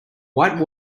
white